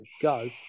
go